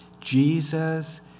Jesus